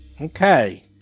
Okay